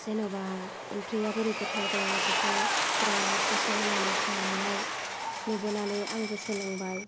जेनेबा ओंख्रिया बोरै गोथाव जायो बेखौ बिराद गोसो होनानै संनाय नुबोनानै आंबो सोलोंबाय